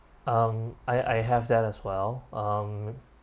um I I have that as well um